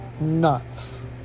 nuts